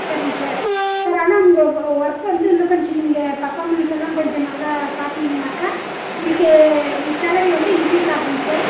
சரிங்க sir sir ஆனால் உங்கள் ஒர்க் வந்து இன்னும் கொஞ்சம் நீங்கள் பர்பாஃமென்ஸெல்லாம் கொஞ்சம் நல்லா காட்டுனீங்கனாக்கா உங்களுக்கு இந்த சேலரி வந்து இங்க்ரீஸ் ஆகுங்க சார்